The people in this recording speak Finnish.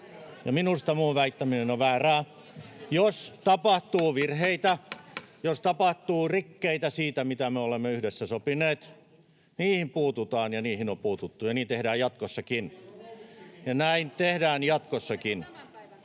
minusta muun väittäminen on väärää. Jos tapahtuu virheitä, jos tapahtuu rikkeitä siinä, mitä me olemme yhdessä sopineet, niihin puututaan ja niihin on puututtu ja niin tehdään jatkossakin [Antti Kurvinen: Paljon